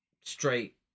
Straight